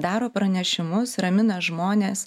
daro pranešimus ramina žmones